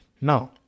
Now